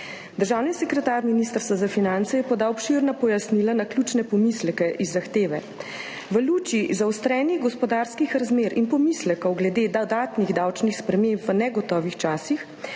Državni sekretar Ministrstva za finance je podal obširna pojasnila na ključne pomisleke iz zahteve. V luči zaostrenih gospodarskih razmer in pomislekov glede dodatnih davčnih sprememb v negotovih časih